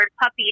puppy